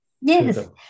Yes